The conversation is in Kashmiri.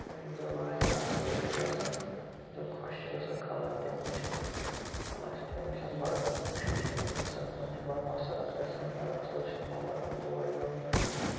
اور یِم زَن واریاہ اَصٕل چھِ گژھان یُس زَن خۄش چھِ گژھان خلق تِم وٕچھِتھ خلق چھِ تِم وٕچھان بَڑٕ خوشی چھِ تِمَن گژھان تِمَن چھِ بَڑٕ مسرت گژھان بڑٕ اَصٕل چھِ تِمَن لَگان تور یُن وٕچھُن